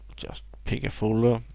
just pick a folder.